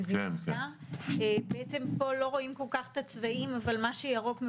בעצם פה לא רואים כל כך את הצבעים אבל מה שירוק,